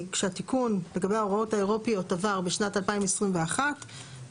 כשהתיקון לגבי ההוראות האירופיות עבר בשנת 2021 הכוונה